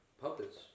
Puppets